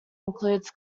includes